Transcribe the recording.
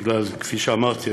כפי שאמרתי,